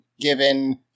given